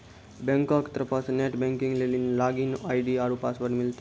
बैंको के तरफो से नेट बैंकिग लेली लागिन आई.डी आरु पासवर्ड मिलतै